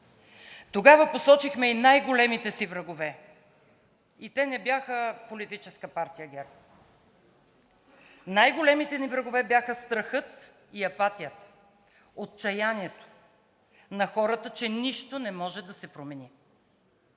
Тогава посочихме и най-големите си врагове и те не бяха Политическа партия ГЕРБ. Най-големите ни врагове бяха страхът и апатията, отчаянието на хората, че нищо не може да се промени.